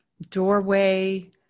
doorway